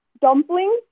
dumplings